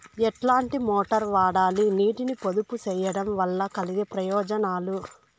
ఎట్లాంటి మోటారు వాడాలి, నీటిని పొదుపు సేయడం వల్ల కలిగే ప్రయోజనాలు?